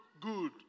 good